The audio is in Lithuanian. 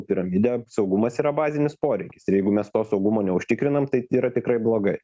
piramidę saugumas yra bazinis poreikis ir jeigu mes to saugumo neužtikrinam tai yra tikrai blogai